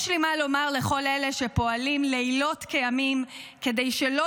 יש מה לומר לכל אלה שפועלים לילות וימים כדי שלא